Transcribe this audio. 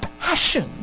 passion